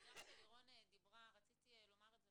כי גם כשלירון דיברה רציתי לומר את זה,